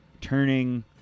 turning